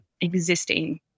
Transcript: existing